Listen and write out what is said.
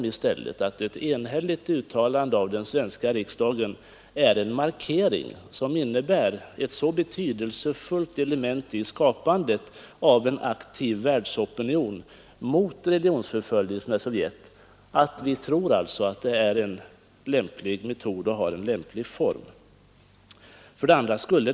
Vi tror att ett enhälligt uttalande från den svenska riksdagen är en markering och en betydelsefull del i skapandet av en aktiv världsopinion mot religionsförföljelserna i Sovjet. Vi tror att detta är en lämplig metod att använda och en lämplig form att framföra våra protester!